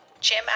Jim